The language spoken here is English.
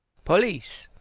police!